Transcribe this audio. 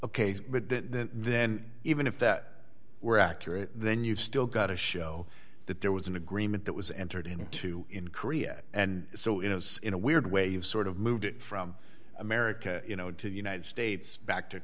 complaint then even if that were accurate then you've still got to show that there was an agreement that was entered into in korea and so it was in a weird way you've sort of moved it from america you know to the united states back to